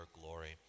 glory